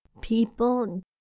people